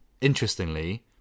interestingly